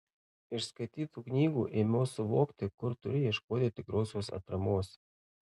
iš skaitytų knygų ėmiau suvokti kur turiu ieškoti tikrosios atramos